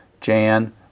Jan